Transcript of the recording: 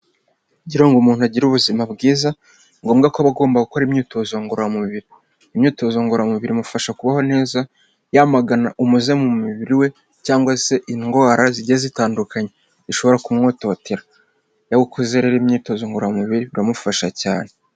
Kugira ngo umuntu agire ubuzima bwiza ni ngombwa ko aba agomba gukora imyitozo ngororamubiri, imyitozo ngororamubiri imufasha kubaho neza yamagana umuze mu mubiri we cyangwa se indwara zigiye zitandukanye zishobora kumwototera, iyo yakoze rero imyitozo ngororamubiri biramufasha cyane.